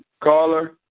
Caller